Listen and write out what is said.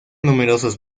numerosos